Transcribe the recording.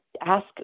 ask